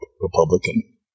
Republican